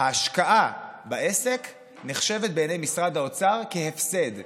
ההשקעה בעסק נחשבת, בעיני משרד האוצר, להפסד.